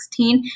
2016